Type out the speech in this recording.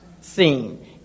seen